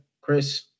Chris